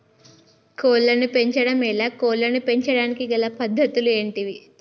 కోళ్లను పెంచడం ఎలా, కోళ్లను పెంచడానికి గల పద్ధతులు ఏంటివి?